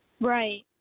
Right